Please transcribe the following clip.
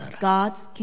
God's